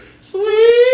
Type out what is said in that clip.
Sweet